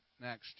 Next